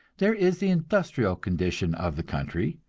there is the industrial condition of the country,